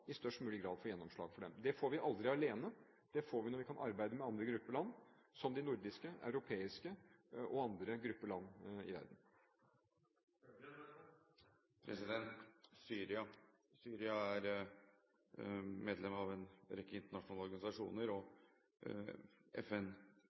i størst mulig grad få gjennomslag for dem. Det får vi aldri alene. Det får vi når vi kan arbeide med andre grupper land, som de nordiske, de europeiske – og andre grupper land i verden. Syria er medlem av en rekke internasjonale organisasjoner og